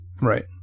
right